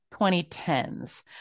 2010s